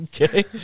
Okay